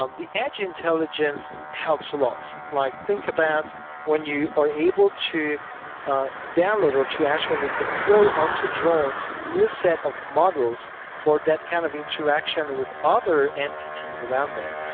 um the edge intelligence helps a lot. like think about when you are able to ah download or to actually deploy on to drones new set of models for that kind of interaction with other entities around them,